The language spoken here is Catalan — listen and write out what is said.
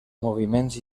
moviments